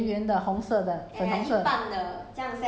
那个是 Face Shop ah 你那天在用那个 jeju